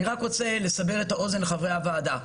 אני רק רוצה לסבר את האוזן של חברי הוועדה.